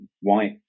white